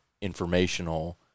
informational